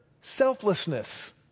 selflessness